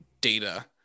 data